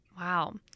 Wow